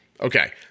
Okay